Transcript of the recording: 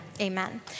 Amen